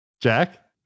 Jack